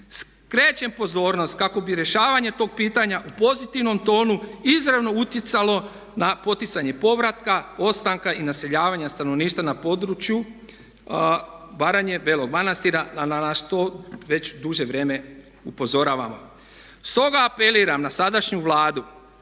Skrećem pozornost kako bi rješavanje tog pitanja u pozitivnom tonu izravno utjecalo na poticanje povratka, ostanka i naseljavanja stanovništva na području Baranje, Belog Manastira a na što već duže vrijeme upozoravamo. Stoga apeliram na sadašnju Vladu